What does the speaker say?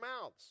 mouths